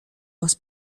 was